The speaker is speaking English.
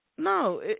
No